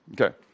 Okay